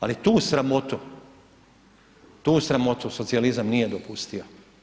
Ali tu sramotu, tu sramotu socijalizam nije dopustio.